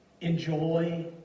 enjoy